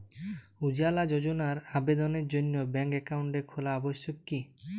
উজ্জ্বলা যোজনার আবেদনের জন্য ব্যাঙ্কে অ্যাকাউন্ট খোলা আবশ্যক কি?